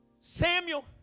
Samuel